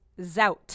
zout